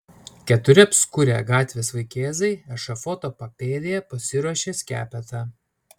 keturi apskurę gatvės vaikėzai ešafoto papėdėje pasiruošė skepetą